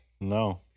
No